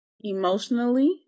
emotionally